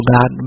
God